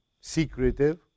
secretive